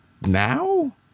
now